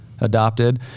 adopted